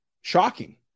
shocking